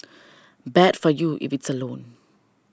bad for you if it's a loan